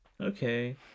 Okay